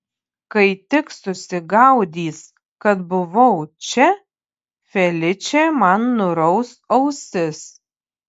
kai tik susigaudys kad buvau čia feličė man nuraus ausis